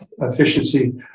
efficiency